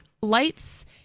lights